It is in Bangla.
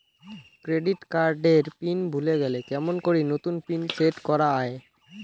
ক্রেডিট কার্ড এর পিন ভুলে গেলে কেমন করি নতুন পিন সেট করা য়ায়?